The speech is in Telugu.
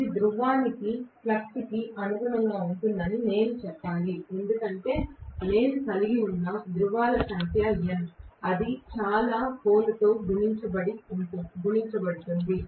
ఇది ధ్రువానికి ఫ్లక్స్కు అనుగుణంగా ఉంటుందని నేను చెప్పాలి ఎందుకంటే నేను కలిగి ఉన్న ధ్రువాల సంఖ్య N అది చాలా పోల్ లతో గుణించబడుతుంది